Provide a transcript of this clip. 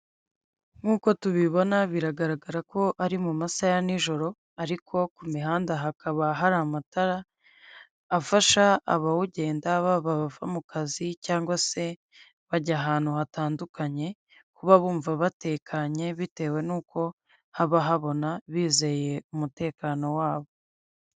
Nk'uko tubibona biragaragara ko ari mu masaha ya nijoro ariko ku mihanda hakaba hari amatara, afasha abawugenda, baba abava mu kazi cyangwa se bajya ahantu hatandukanye, kuba bumva batekanye bitewe n'uko haba habona bizeye umutekano wabo.